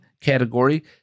category